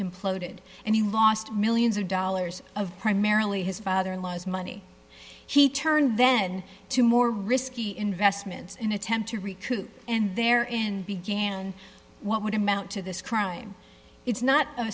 imploded and he lost millions of dollars of primarily his father in law's money he turned then to more risky investments in attempt to recruit and there in began what would amount to this crime it's not a